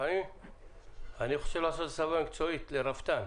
אני חושב לעשות הסבה מקצועית לרפתן